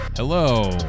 Hello